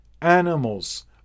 animals